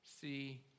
See